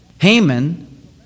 Haman